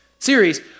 Series